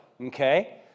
Okay